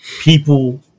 people